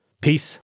Peace